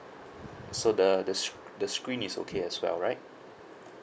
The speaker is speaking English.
so the the s~ the screen is okay as well right